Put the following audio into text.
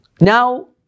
Now